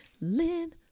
Lynn